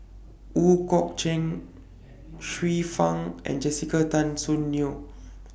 Ooi Kok Chuen Xiu Fang and Jessica Tan Soon Neo